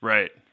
Right